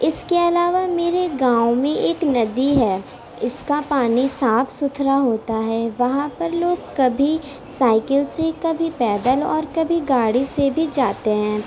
اس کے علاوہ میرے گاؤں میں ایک ندی ہے اس کا پانی صاف ستھرا ہوتا ہے وہاں پر لوگ کبھی سائیکل سے کبھی پیدل اور کبھی گاڑی سے بھی جاتے ہیں